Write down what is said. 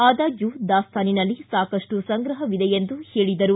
ಆದಾಗ್ಯೂ ದಾಸ್ತಾನಿನಲ್ಲಿ ಸಾಕಷ್ಟು ಸಂಗ್ರಹವಿದೆ ಎಂದು ಹೇಳಿದರು